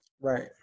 Right